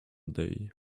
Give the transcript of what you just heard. day